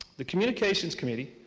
the communications committee,